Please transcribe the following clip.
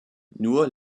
nur